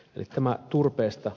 eli tämä turpeesta